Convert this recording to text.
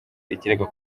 ikirego